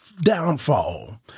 downfall